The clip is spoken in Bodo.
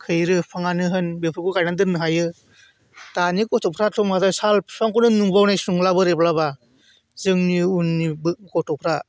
खैरो बिफाङानो होन बेफोरखौ गायनानै दोननो हायो दानि गथ'फ्राथ' माथो साल बिफांखौनो नुबावनायसो नंला बोरैब्ला बा जोंनि उननि गथ'फ्रा